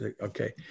Okay